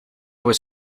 was